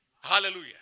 Hallelujah